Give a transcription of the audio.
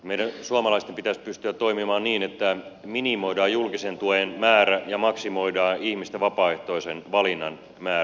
meidän suomalaisten pitäisi pystyä toimimaan niin että minimoidaan julkisen tuen määrä ja maksimoidaan ihmisten vapaaehtoisen valinnan määrä